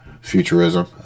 futurism